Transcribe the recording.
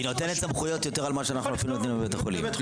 היא נותנת סמכויות יותר ממה שאנחנו נותנים לבתי החולים.